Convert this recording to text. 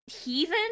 heathen